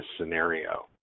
scenario